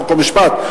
חוק ומשפט,